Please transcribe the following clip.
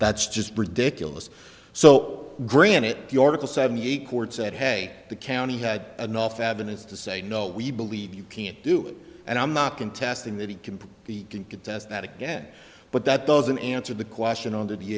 that's just ridiculous so granted the article seventy eight court said hey the county had enough evidence to say no we believe you can't do it and i'm not contesting that he can put the can contest that again but that doesn't answer the question on the